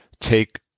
take